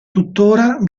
tuttora